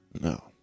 No